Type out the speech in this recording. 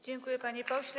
Dziękuję, panie pośle.